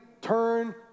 turn